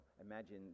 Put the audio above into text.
imagine